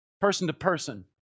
person-to-person